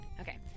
Okay